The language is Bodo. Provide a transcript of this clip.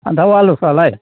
फान्थाव आलुफ्रालाय